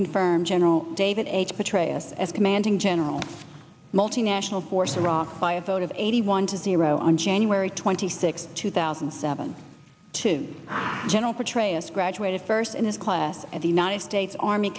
confirmed general david petraeus as commanding general multinational force iraq by a vote of eighty one to zero on january twenty sixth two thousand and seven to general petraeus graduated first in his class at the united states army